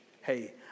hey